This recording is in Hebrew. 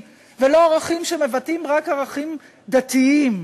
ולא ערכים שמבטאים רק ערכים דתיים.